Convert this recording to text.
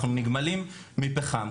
אנחנו נגמלים מפחם,